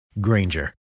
Granger